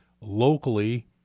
locally